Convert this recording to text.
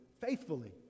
faithfully